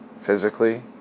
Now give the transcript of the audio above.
physically